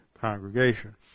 congregation